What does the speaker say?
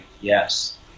Yes